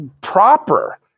proper